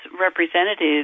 representatives